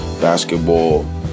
basketball